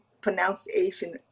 pronunciation